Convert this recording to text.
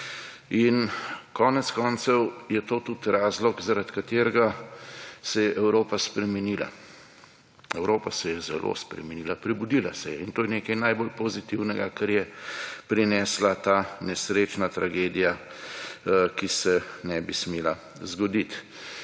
In konec koncev je to tudi razlog zaradi katerega se je Evropa spremenila. Evropa se je zelo spremenila. Prebudila se je in to je nekaj najbolj pozitivnega kar je prinesla ta nesrečna tragedija, ki se ne bi smela zgoditi.